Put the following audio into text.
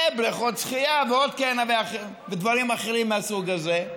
לבריכות שחייה ועוד דברים מהסוג הזה,